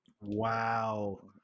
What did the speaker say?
Wow